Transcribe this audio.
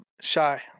shy